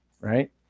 right